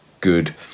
good